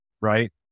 right